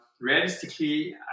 Realistically